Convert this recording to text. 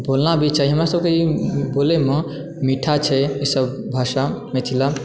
बोलना भी चाही हमरा सबके ई बोलयमे मीठा ई सब मिथिला